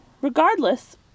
regardless